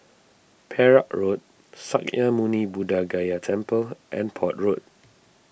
Perak Road Sakya Muni Buddha Gaya Temple and Port Road